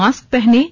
mask पहनें